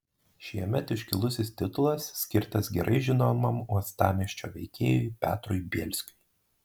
šiemet iškilusis titulas skirtas gerai žinomam uostamiesčio veikėjui petrui bielskiui